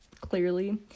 clearly